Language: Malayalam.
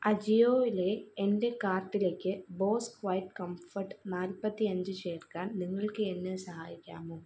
അജിയോയിലെ എൻ്റെ കാർട്ടിലേക്ക് ബോസ് ക്വയറ്റ് കംഫർട്ട് നാൽപത്തി അഞ്ച് ചേർക്കാൻ നിങ്ങൾക്ക് എന്നെ സഹായിക്കാമോ